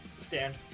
Stand